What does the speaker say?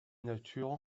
nature